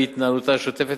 בהתנהלותה השוטפת,